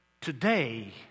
Today